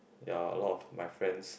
ya a lot of my friends